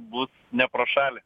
bus ne pro šalį